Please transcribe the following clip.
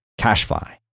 Cashfly